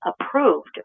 approved